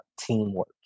teamwork